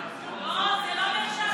לא, זה לא נחשב זכויות אדם.